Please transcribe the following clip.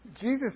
Jesus